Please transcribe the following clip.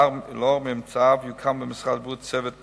ולאור ממצאיו יוקם במשרד הבריאות צוות משימה,